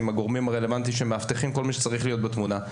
עם הגורמים הרלוונטיים שמאבטחים ועם כל מי שצריך להיות בתמונה.